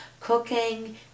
cooking